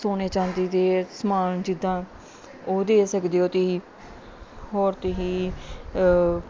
ਸੋਨੇ ਚਾਂਦੀ ਦੇ ਸਮਾਨ ਜਿੱਦਾਂ ਉਹ ਦੇ ਸਕਦੇ ਹੋ ਤੁਸੀਂ ਹੋਰ ਤੁਸੀਂ